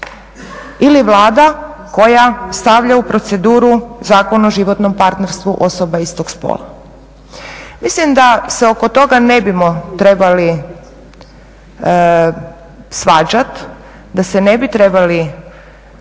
ili Vlada koja stavlja u proceduru Zakon o životnom partnerstvu osoba istog spola? Mislim da se oko toga ne bismo trebali svađati, da se ne bi trebali